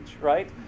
right